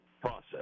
process